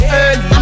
early